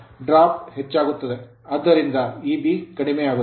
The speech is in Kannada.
ಡ್ರಾಪ್ ಹೆಚ್ಚಾಗುತ್ತದೆ ಆದ್ದರಿಂದ Eb ಕಡಿಮೆಯಾಗುತ್ತದೆ